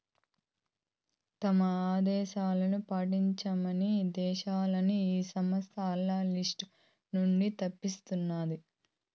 తమ ఆదేశాలు పాటించని దేశాలని ఈ సంస్థ ఆల్ల లిస్ట్ నుంచి తప్పిస్తాది